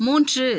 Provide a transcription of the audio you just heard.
மூன்று